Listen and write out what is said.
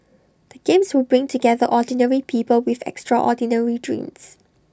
the games will bring together ordinary people with extraordinary dreams